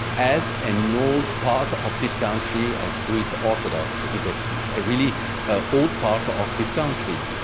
as an old part of this country, as greek orthodox is a ah really ah old part of this country.